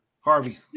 Harvey